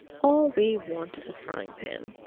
all we want is a frying-pan.